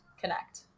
connect